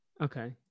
Okay